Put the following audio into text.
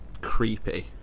creepy